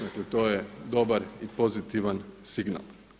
Dakle to je dobar i pozitivan signal.